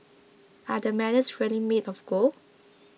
are the medals really made of gold